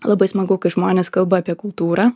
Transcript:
labai smagu kai žmonės kalba apie kultūrą